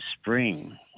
spring